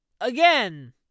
Again